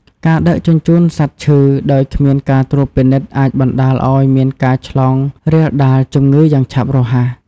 ការដឹកជញ្ជូន សត្វឈឺ ដោយគ្មានការត្រួតពិនិត្យអាចបណ្តាលឱ្យមានការឆ្លងរាលដាលជំងឺយ៉ាងឆាប់រហ័ស។